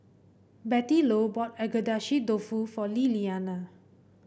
Bettylou bought Agedashi Dofu for Liliana